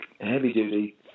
heavy-duty